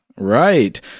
Right